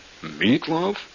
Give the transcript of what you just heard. meatloaf